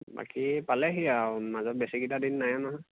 বাকী পালেহি আৰু মাজত বেছিকেইটা দিন নাই নহয়